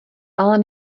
ale